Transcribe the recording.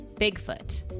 bigfoot